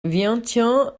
vientiane